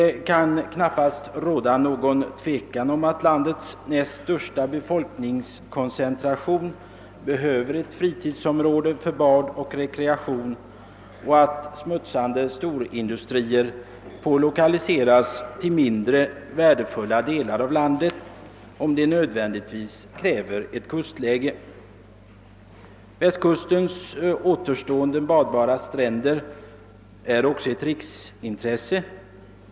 Det kan knappast råda något tvivel om att landets näst största befolkningskoncentration behöver ett fritidsområde för bad och rekreation och att smutsande storindustrier får lokaliseras till mindre värdefulla delar av landet, även om de nödvändigtvis kräver ett kustläge. Västkustens återstående <badbara stränder är också ett riksintresse.